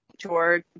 George